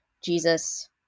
Jesus